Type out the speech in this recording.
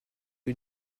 lui